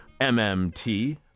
MMT